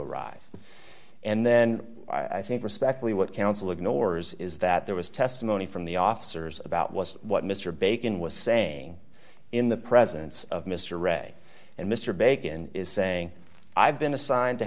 arrive and then i think respectfully what counsel ignores is that there was testimony from the officers about was what mr bacon was saying in the presence of mr ray and mr bacon is saying i've been assigned to